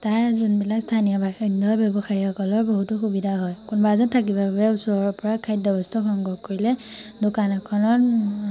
তাৰ যোনবিলাক স্থানীয় বাসিন্দা ব্যৱসায়ীসকলৰ বহুতো সুবিধা হয় কোনোবা এজন থাকিব বাবে ওচৰৰ পৰা খাদ্যবস্তু সংগ্ৰহ কৰিলে দোকান এখনত